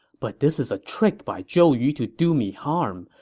but this is a trick by zhou yu to do me harm.